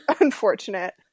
Unfortunate